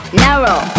narrow